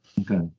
Okay